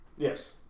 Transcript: Yes